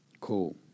Cool